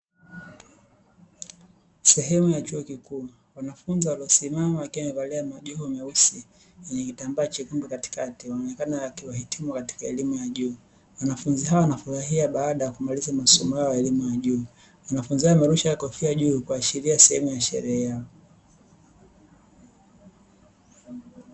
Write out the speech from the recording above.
Sehemu ya chuo kikuu, wanafunzi wamesimama wakiwa wamevalia majoho meusi yenye kitambaa chekundu katikati wanaonekana wakiwa wahitimu katika elimu ya juu, wanafunzi hawa wanafurahia baada ya kumaliza masomo yao ya elimu ya juu, wanafunzi hawa wamerusha kofia juu kuashiria sehemu ya sherehe yao.